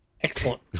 Excellent